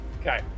Okay